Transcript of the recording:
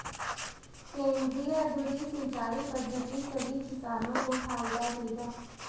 केंद्रीय धुरी सिंचाई पद्धति सभी किसानों को फायदा देगा